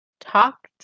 talked